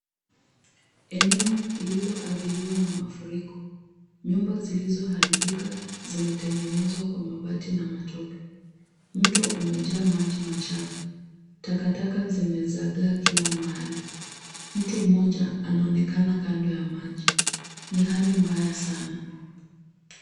Eneo lililoathiriwa na mafuriko. Nyumba zilizoharibika zimetengenezwa kwa mabati na matope. Mto umejaa maji machafu. Takataka zimezagaa kila mahali. Mtu mmoja anaonekana kando ya maji. Ni hali mbaya sana.